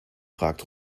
fragt